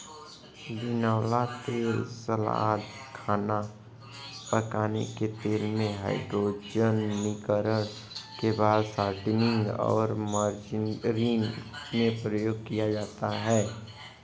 बिनौला तेल सलाद, खाना पकाने के तेल में, हाइड्रोजनीकरण के बाद शॉर्टनिंग और मार्जरीन में प्रयोग किया जाता है